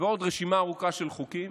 ועוד רשימה ארוכה של חוקים.